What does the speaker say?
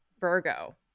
Virgo